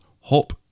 hop